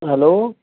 hello